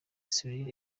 cyril